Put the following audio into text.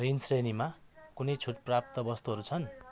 ऋण श्रेणीमा कुनै छुट प्राप्त वस्तुहरू छन्